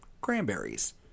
cranberries